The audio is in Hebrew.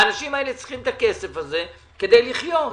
האנשים האלה צריכים את הכסף הזה כדי לחיות.